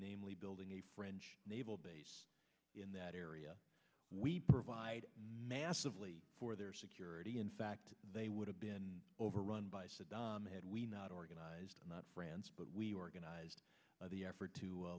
namely building a french naval base in that area we provide massively for their security in fact they would have been overrun by saddam had we not organized not france but we organized the effort to